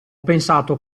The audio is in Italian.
pensato